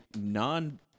non